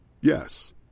Yes